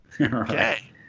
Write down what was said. Okay